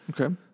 Okay